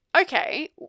Okay